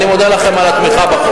אני מודה לכם על התמיכה בחוק.